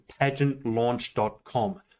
pageantlaunch.com